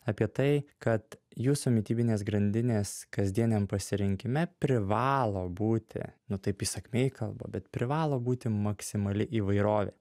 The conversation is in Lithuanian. apie tai kad jūsų mitybinės grandinės kasdieniam pasirinkime privalo būti nu taip įsakmiai kalba bet privalo būti maksimali įvairovė